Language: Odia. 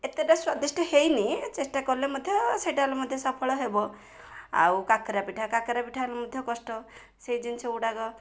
ଏତେଟା ସ୍ୱାଦିଷ୍ଟ ହେଇନି ଚେଷ୍ଟା କଲେ ମଧ୍ୟ ସେଇଟା ହେଲେ ମଧ୍ୟ ସଫଳ ହେବ ଆଉ କାକରା ପିଠା କାକରା ପିଠା ହେଲେ ମଧ୍ୟ କଷ୍ଟ ସେଇ ଜିନିଷ ଗୁଡ଼ାକ